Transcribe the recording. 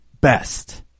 best